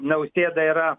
nausėda yra